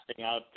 out